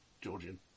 Georgian